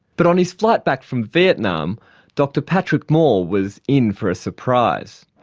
but on his flight back from vietnam dr patrick moore was in for a surprise.